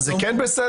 האם זה כן בסדר?